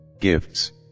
gifts